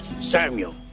Samuel